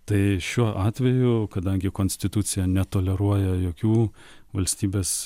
tai šiuo atveju kadangi konstitucija netoleruoja jokių valstybės